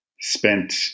spent